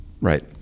right